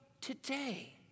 today